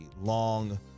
long